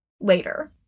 later